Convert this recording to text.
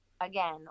again